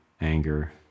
anger